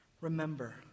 Remember